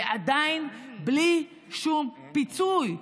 ועדיין בלי שום פיצוי.